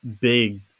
big